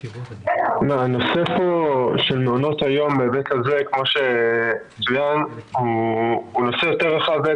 הנושא של מעונות היום הוא נושא יותר רחב.